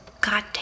goddamn